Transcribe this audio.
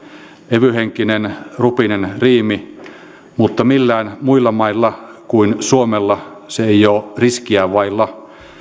heavyhenkinen rupinen riimi mutta millään muilla mailla kuin suomella se ei ole riskiä vailla